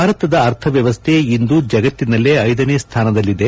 ಭಾರತದ ಅರ್ಥವ್ಯವಸ್ಥೆ ಇಂದು ಜಗತ್ತಿನಲ್ಲೇ ಐದನೇ ಸ್ಥಾನದಲ್ಲಿದೆ